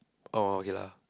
oh okay lah